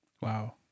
Wow